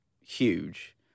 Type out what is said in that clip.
huge